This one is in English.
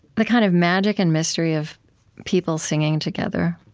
the kind of magic and mystery of people singing together.